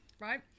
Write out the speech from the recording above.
right